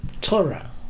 Torah